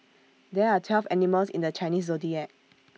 there are twelve animals in the Chinese Zodiac